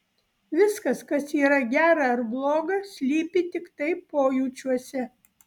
viskas kas yra gera ar bloga slypi tiktai pojūčiuose